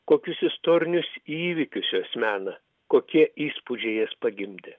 kokius istorinius įvykius jos mena kokie įspūdžiai jas pagimdė